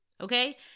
Okay